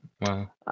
wow